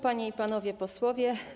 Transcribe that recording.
Panie i Panowie Posłowie!